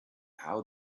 how